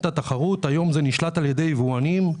היום זה נשלט על ידי יבואנים.